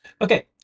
Okay